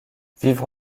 vivre